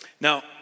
Now